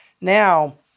Now